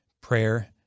prayer